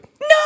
No